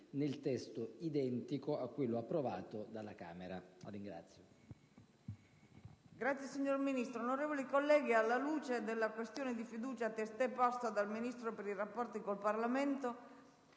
nel testo identico a quello approvato dalla Camera dei